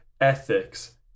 ethics